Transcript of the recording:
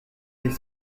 des